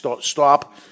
Stop